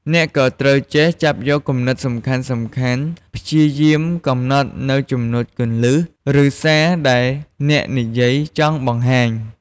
អ្នកក៍ត្រូវ ចេះចាប់យកគំនិតសំខាន់ៗ ព្យាយាមកំណត់នូវចំណុចគន្លឹះ ឬសារដែលអ្នកនិយាយចង់បង្ហាញ។